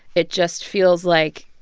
it just feels like